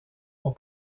pour